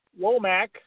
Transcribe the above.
Womack